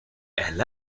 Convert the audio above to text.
elle